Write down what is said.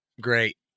great